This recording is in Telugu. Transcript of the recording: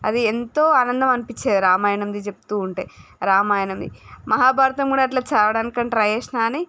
అది ఎంతో ఆనందం అనిపించేది రామాయణము చెబుతూ ఉంటే రామాయణది మహాభారతం కూడా అట్లా చదవడానికని ట్రై చేసిన కాని